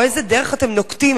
או איזו דרך אתם נוקטים?